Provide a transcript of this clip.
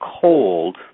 cold